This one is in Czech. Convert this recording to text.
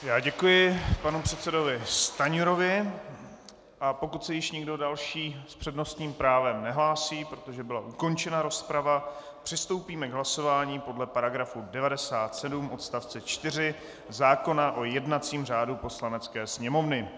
Já děkuji panu předsedovi Stanjurovi, a pokud se již nikdo další s přednostním právem nehlásí, protože byla ukončena rozprava, přistoupíme k hlasování podle § 97 odst. 4 zákona o jednacím řádu Poslanecké sněmovny.